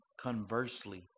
Conversely